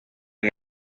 guerra